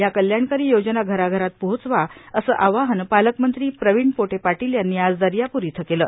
या कल्याणकारी योजना घराघरात पोहोचवाए असे आवाहन पालकमंत्री प्रवीण पोटे पाटील यांनी आज दर्यापूर येथे केलं